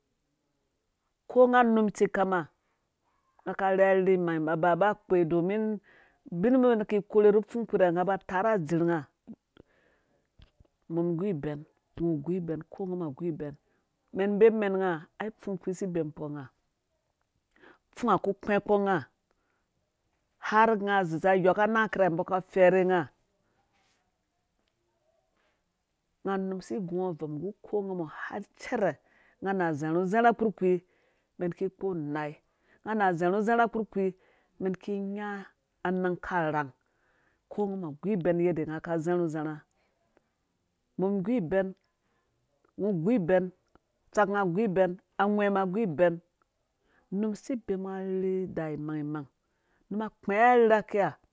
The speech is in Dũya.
Ko nga num tse kam nga nga ka rherha rherhe imangmang ba ba kpe domin ubin mɛn ki korhe rru pfung kpirhe nga ba tarhe adzirh nga mɛn gu ibɛn nu ngu. iben ko ngamɔ guibɛn men bemu mɛn nga ai pfungkpii si bemu kpo nga pfungha ku kpɛ kpo nga har nga zi za yoka nang kirhe mbɔ ka fɛrhe nga nga num si gunga gu ko ngamɔ har cɛrɛ nga na zharhu zharha kpurkpii mɛn ki nga anang ka rhang ko ngamɔ gu ibɛn ngɔ gu ibɛn tsakma gu ibɛn angwɛ mum gu ibɛn num si bemu nga arherhe idaa mangmang num akpɛɛ arherha kiha